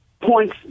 points